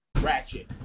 Ratchet